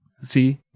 See